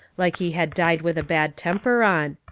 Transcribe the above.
like he had died with a bad temper on.